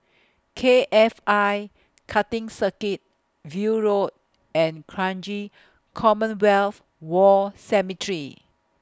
K F I Karting Circuit View Road and Kranji Commonwealth War Cemetery